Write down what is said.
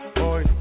boy